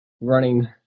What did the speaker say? running